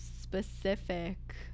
specific